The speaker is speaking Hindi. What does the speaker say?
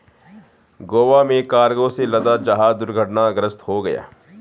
गोवा में कार्गो से लदा जहाज दुर्घटनाग्रस्त हो गया